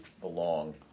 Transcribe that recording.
belong